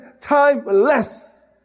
timeless